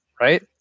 right